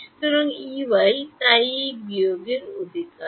সুতরাং Ey তাই এটি এই বিয়োগের অধিকার